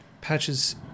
Patches